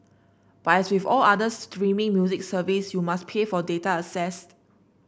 but as with all other streaming music service you must pay for data accessed